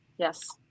Yes